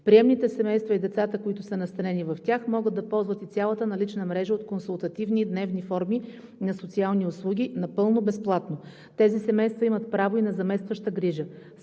Приемните семейства и децата, които са настанени в тях, могат да ползват и цялата налична мрежа от консултативни дневни форми на социални услуги напълно безплатно. Тези семейства имат право и на заместваща грижа.